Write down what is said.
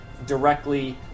directly